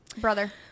brother